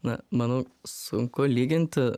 na manau sunku lyginti